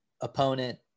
opponent